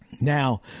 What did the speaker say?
Now